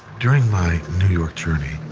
during my new york journey,